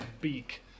beak